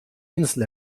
insel